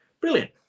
Brilliant